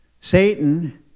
Satan